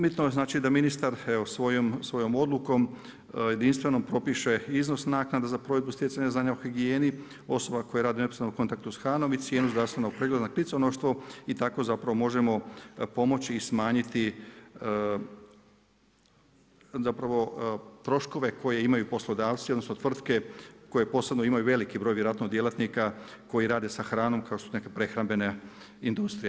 Bitno je da ministar evo svojom odlukom jedinstvenom propiše iznos naknada za provedbu stjecanja znanja o higijeni osoba koje rade neposredno u kontaktu sa hranom i cijenu zdravstvenog pregleda na kliconoštvo i tako zapravo možemo pomoći smanjiti zapravo troškove koje imaju poslodavci, odnosno tvrtke koje posredno imaju veliki broj vjerojatno djelatnika koji rade sa hranom kao što su neke prehrambene industrije.